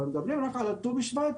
מדברים רק על ט"ו בשבט